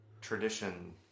tradition